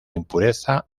impureza